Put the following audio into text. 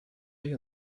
you